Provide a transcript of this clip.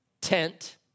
tent